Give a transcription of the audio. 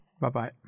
bye-bye